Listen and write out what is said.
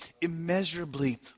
immeasurably